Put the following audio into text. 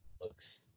looks